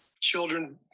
children